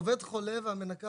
עובד חולה והמנקה